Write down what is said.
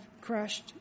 crushed